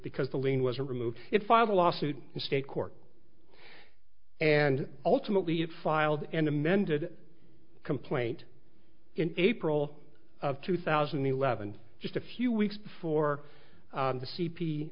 because the line wasn't removed it filed a lawsuit in state court and ultimately it filed an amended complaint in april of two thousand and eleven just a few weeks before the c p